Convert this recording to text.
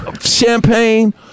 champagne